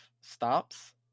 stops